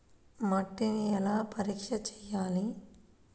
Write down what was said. మట్టిని ఎలా పరీక్ష చేయాలి?